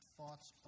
thoughts